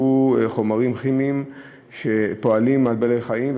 חומרים כימיים שפועלים על בעלי-חיים,